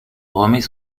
remet